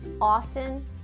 often